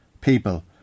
people